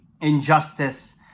injustice